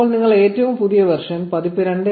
ഇപ്പോൾ നിങ്ങൾ ഏറ്റവും പുതിയ വേർഷൻ പതിപ്പ് 2